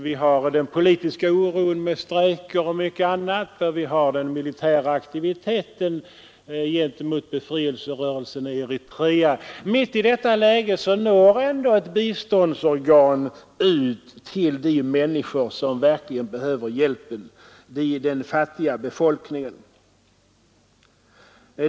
Man har den politiska oron med strejker och mycket annat, och man har den militära aktiviteten gentemot befrielserörelsen i Eritrea. Mitt i detta läge når ändå ett biståndsorgan ut till de människor som verkligen behöver hjälpen — den fattiga befolkningen.